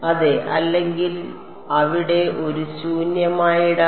അതെ അല്ലെങ്കിൽ അവിടെ ഒരു ശൂന്യമായ ഇടം